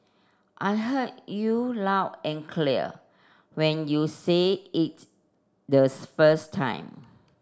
I heard you loud and clear when you said it first time